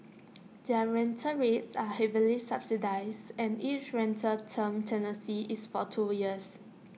their rental rates are heavily subsidised and each rental term tenancy is for two years